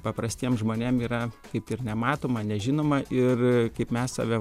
paprastiem žmonėm yra kaip ir nematoma nežinoma ir kaip mes save